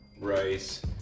rice